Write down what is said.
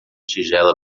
tigela